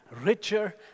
richer